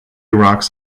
rocks